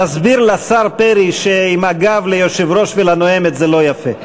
תסביר לשר פרי שעם הגב ליושב-ראש ולנואמת זה לא יפה.